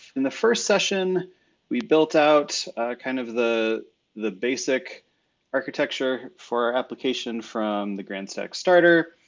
in the first session we built out kind of the the basic architecture for our application from the grandstack starter.